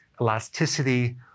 elasticity